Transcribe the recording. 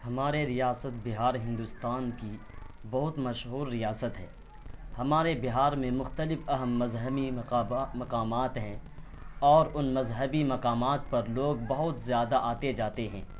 ہمارے ریاست بہار ہندوستان کی بہت مشہور ریاست ہے ہمارے بہار میں مختلف اہم مذہمی مقامات ہے اور ان مذہبی مقامات پر لوگ بہت زیادہ آتے جاتے ہیں